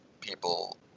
people